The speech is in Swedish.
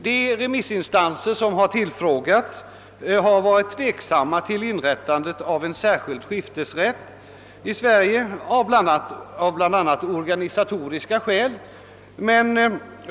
De remissinstanser som tillfrågats har ställt sig tveksamma till förslaget om inrättande av en särskild skiftesrätt här i Sverige, bl.a. av organisatoriska skäl.